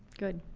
good